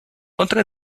otra